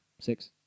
six